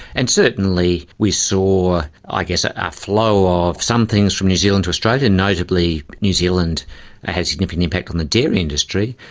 and certainly we saw i guess a ah flow of some things from new zealand to australia, notably new zealand ah has significant impact on the dairy industry.